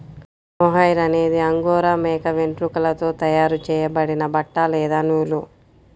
mohair అనేది angora మేక వెంట్రుకలతో తయారు చేయబడిన బట్ట లేదా నూలు